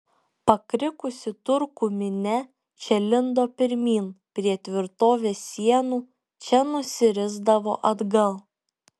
pakrikusi turkų minia čia lindo pirmyn prie tvirtovės sienų čia nusirisdavo atgal